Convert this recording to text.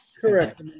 Correct